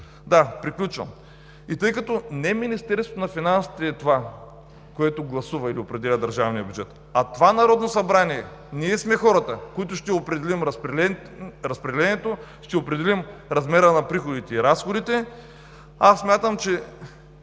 Да, приключвам. И тъй като не Министерството на финансите е това, което гласува или определя държавния бюджет, а това Народно събрание, ние сме хората, които ще определим разпределението, ще определим размера на приходите и разходите. Аз смятам, че